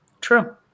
True